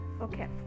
okay